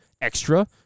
Extra